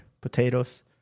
potatoes